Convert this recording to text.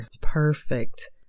Perfect